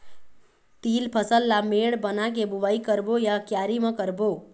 तील फसल ला मेड़ बना के बुआई करबो या क्यारी म करबो?